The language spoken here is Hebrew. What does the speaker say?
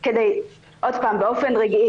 עוד פעם באופן רגעי.